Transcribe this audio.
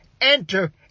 enter